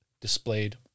Displayed